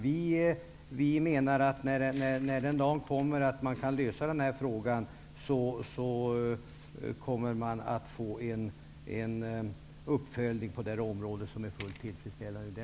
Vi menar att när den dag kommer att vi kan lösa frågan, kommer man att få en uppföljning på det här området som är fullt tillfredsställande.